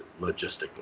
logistically